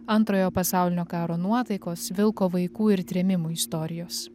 antrojo pasaulinio karo nuotaikos vilko vaikų ir trėmimų istorijos